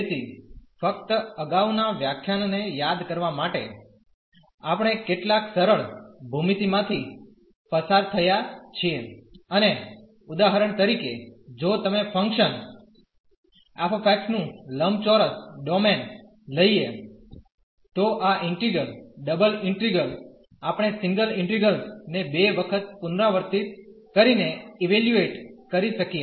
તેથી ફક્ત અગાઉના વ્યાખ્યાનને યાદ કરવા માટે આપણે કેટલાક સરળ ભૂમિતિમાંથી પસાર થયા છીએ અને ઉદાહરણ તરીકે જો તમે ફંક્શન f નું લંબચોરસ ડોમેન લઈએ તો આ ઇન્ટિગ્રલ ડબલ ઇન્ટિગ્રલ આપણે સિંગલ ઇન્ટિગ્રલ્સ ને 2 વખત પુનરાવર્તિત કરીને ઇવેલ્યુએટ કરી શકીએ